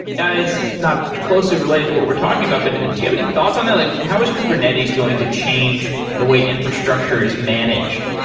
it's not closely related to what we're talking about, but do you have any thoughts on that? like how is kubernetes going to change the way infrastructure is managed?